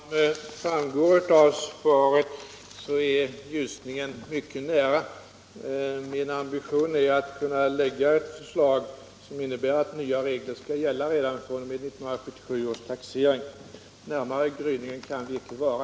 Herr talman! Som framgår av svaret är ljusningen mycket nära. Min ambition är att kunna lägga ett förslag som innebär att nya regler skall gälla redan fr.o.m. 1977 års taxering. Närmare gryningen kan det icke vara.